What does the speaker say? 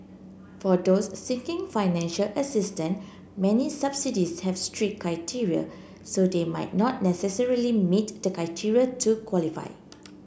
for those seeking financial assistance many subsidies have strict criteria so they might not necessarily meet the criteria to qualify